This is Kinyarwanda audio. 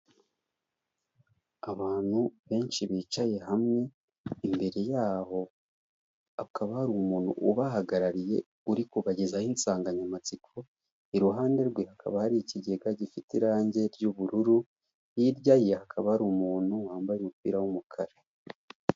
Abantu benshi bicaye hamwe, imbere yaho, hakaba hari umuntu ubahagarariye uri kubagezaho insanganyamatsiko, iruhande rwe hakaba hari ikigega gifite irangi ry'ubururu, hirya ye hakaba hari umuntu wambaye umupira w'umukara.